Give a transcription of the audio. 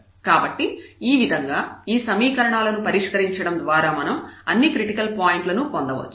కాబట్టి ఈ విధంగా ఈ సమీకరణాల ఈక్వేషన్స్ ను పరిష్కరించడం ద్వారా మనం అన్ని క్రిటికల్ పాయింట్ల ను పొందవచ్చు